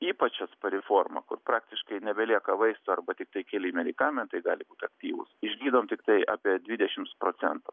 ypač atspari forma kur praktiškai nebelieka vaistų arba tiktai keli medikamentai gali būt aktyvūs išgydom tiktai apie dvidešimts procentų